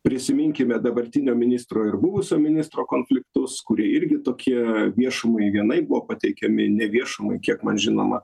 prisiminkime dabartinio ministro ir buvusio ministro konfliktus kurie irgi tokie viešumai vienaip buvo pateikiami neviešumai kiek man žinoma